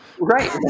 right